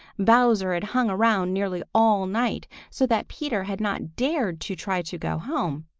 bowser had hung around nearly all night, so that peter had not dared to try to go home.